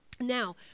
Now